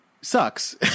sucks